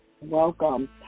welcome